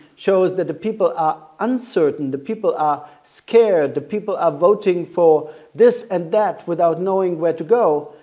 shows that the people are uncertain, the people are scared, the people are voting for this and that without knowing where to go.